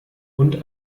und